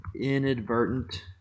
inadvertent